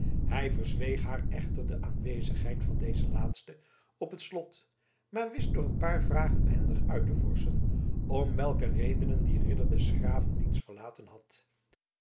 hij verzweeg haar echter de aan wezigheid van dezen laatste op het slot maar wist door een paar vragen behendig uit te vorschen om welke redenen die ridder des graven dienst verlaten had